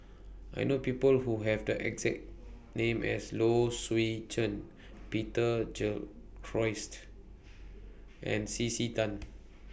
I know People Who Have The exact name as Low Swee Chen Peter Gilchrist and C C Tan